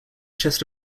chest